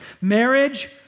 Marriage